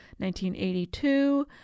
1982